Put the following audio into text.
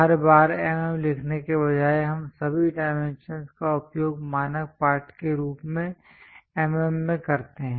हर बार mm लिखने के बजाय हम सभी डाइमेंशंस का उपयोग मानक पाठ के रूप में mm में करते हैं